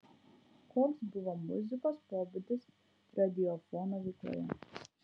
koks buvo muzikos pobūdis radiofono veikloje